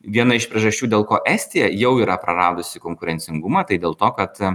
viena iš priežasčių dėl ko estija jau yra praradusi konkurencingumą tai dėl to kad